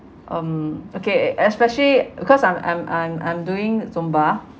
um okay especially because I'm I'm I'm I'm doing zumba